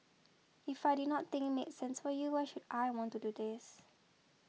if I did not think make sense for you why should I want to do this